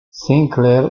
sinclair